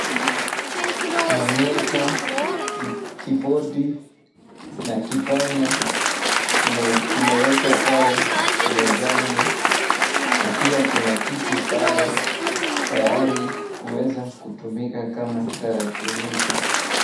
Monita, kibodi na kipanya kimewekwa pale mezani na pia kuna kiti pale, tayari kuweza kutumika kama tarakilishi.